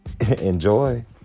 Enjoy